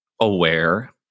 aware